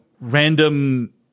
random –